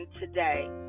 today